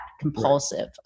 compulsive